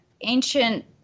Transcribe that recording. ancient